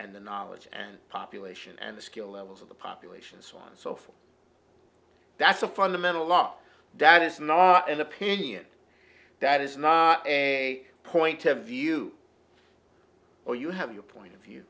and the knowledge and population and the skill levels of the population so on and so forth that's a fundamental law that is not an opinion that is not a point of view or you have your point of view